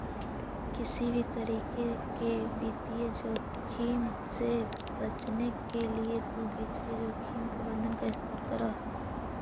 किसी भी तरीके के वित्तीय जोखिम से बचने के लिए तु वित्तीय जोखिम प्रबंधन का इस्तेमाल करअ